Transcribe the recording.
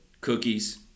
Cookies